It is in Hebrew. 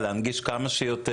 אנחנו רק